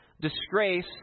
Disgrace